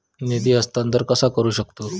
निधी हस्तांतर कसा करू शकतू?